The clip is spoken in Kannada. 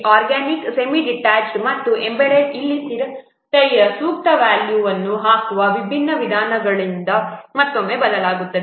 ಆರ್ಗ್ಯಾನಿಕ್ ಸೆಮಿ ಡಿಟ್ಯಾಚ್ಡ್ ಮತ್ತು ನಿಮ್ಮ ಎಂಬೆಡೆಡ್ ಇಲ್ಲಿ ಸ್ಥಿರತೆಯ ಸೂಕ್ತ ವ್ಯಾಲ್ಯೂವನ್ನು ಹಾಕುವಂತಹ ವಿಭಿನ್ನ ವಿಧಾನಗಳಿಂದ ಮತ್ತೊಮ್ಮೆ ಬದಲಾಗುತ್ತದೆ